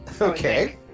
Okay